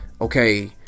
okay